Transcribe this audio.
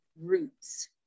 roots